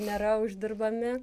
nėra uždirbami